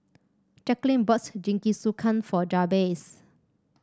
Jacquelyn bought Jingisukan for Jabez